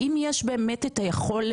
האם יש באמת את היכולת?